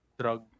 drug